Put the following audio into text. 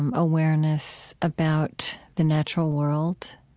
um awareness about the natural world.